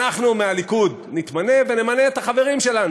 שאנחנו מהליכוד נתמנה, ונמנה את החברים שלנו.